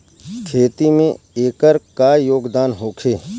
खेती में एकर का योगदान होखे?